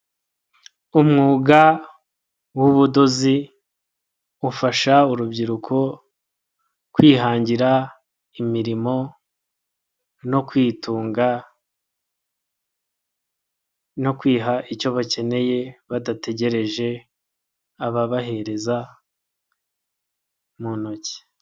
Umwuga w'ubudozi ufasha urubyiruko kwihangira imirimo no kwitunga no kwiha icyo bakeneye badategereje ababahereza mu ntoki.